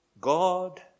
God